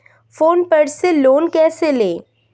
Phone पर से loan कैसे लें?